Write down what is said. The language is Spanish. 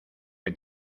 que